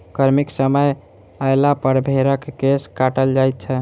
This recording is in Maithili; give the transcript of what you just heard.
गर्मीक समय अयलापर भेंड़क केश काटल जाइत छै